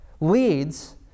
leads